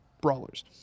brawlers